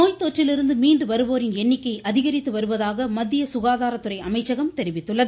நோய்த்தொற்றிலிருந்து மீண்டு வருவோரின் எண்ணிக்கை அதிகரித்து வருவதாக மத்திய சுகாதார துறை அமைச்சகம் தெரிவித்துள்ளது